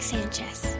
Sanchez